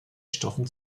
stoffen